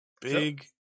Big